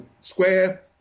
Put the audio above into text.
square